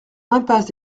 impasse